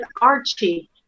Archie